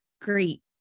great